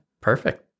perfect